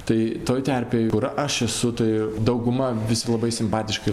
tai toj terpėj kur aš esu tai dauguma visi labai simpatiški